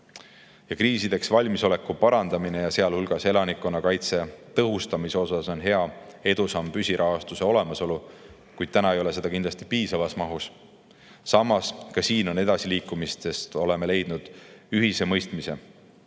Kriisideks valmisoleku parandamisel ja sealhulgas elanikkonnakaitse tõhustamisel on edusamm püsirahastuse olemasolu, kuid seda ei ole kindlasti piisavas mahus. Samas on ka siin edasiliikumist, sest oleme leidnud ühise mõistmise.